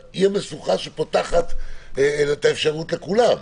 אבל היא משוכה שפותחת את האפשרות לכולם.